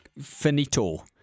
finito